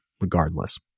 regardless